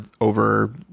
over